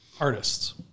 artists